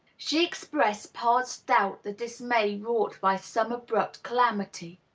she expressed past doubt the dismay wrought by some abrupt calamity.